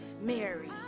Mary